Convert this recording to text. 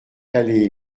allée